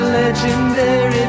legendary